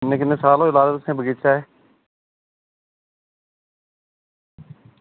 किन्ने किन्ने साल होये तुसें बगीचे च